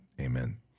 amen